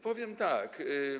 Powiem tak.